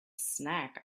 snack